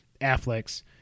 Affleck's